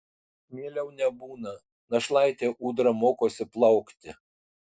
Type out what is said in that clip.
mieliau nebūna našlaitė ūdra mokosi plaukti